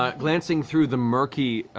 um glancing through the murky